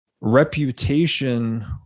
reputation